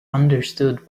understood